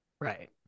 Right